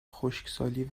خشکسالی